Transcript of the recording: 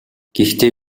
гэхдээ